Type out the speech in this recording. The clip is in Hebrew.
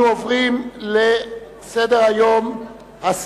אנחנו עוברים לסעיף הבא בסדר-היום: